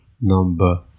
number